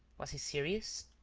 was he serious?